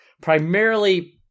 primarily